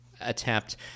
attempt